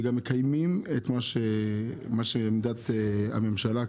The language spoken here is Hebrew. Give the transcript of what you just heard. וגם מקיימים את מה שעמדת הממשלה היא,